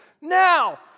now